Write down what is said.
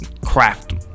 Craft